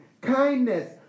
kindness